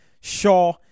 Shaw